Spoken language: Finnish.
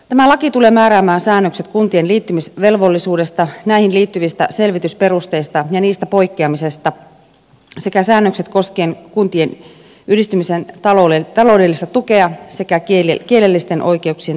tämä laki tulee määräämään säännökset kuntien liittymisvelvollisuudesta näihin liittyvistä selvitysperusteista ja niistä poikkeamisesta sekä säännökset koskien kuntien yhdistymisen taloudellista tukea sekä kielellisten oikeuksien toteutumista